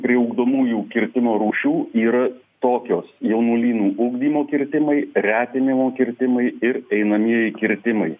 priugdomųjų kirtimo rūšių yra tokios jaunuolynų ugdymo kirtimai retinimo kirtimai ir einamieji kirtimai